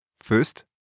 First